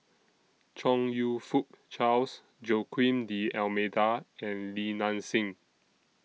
Chong YOU Fook Charles Joaquim D'almeida and Li Nanxing